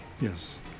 Yes